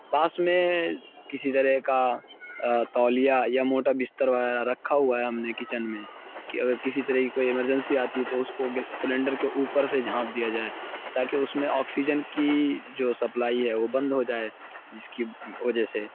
پاس میں کسی طرح کا تولیہ یا موٹا بستر وغیرہ رکھا ہوا ہے ہم نے کچن میں کہ اگر کسی طرح کی کوئی ایمرجنسی آتی ہے تو اس کو گے سیلنڈر کے اوپر سے جھانپ دیا جائے تاکہ اس میں آکسیجن کی جو سپلائی ہے وہ بند ہو جائے جس کی وجہ سے